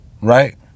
Right